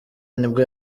nibwo